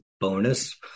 bonus